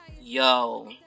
yo